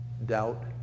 doubt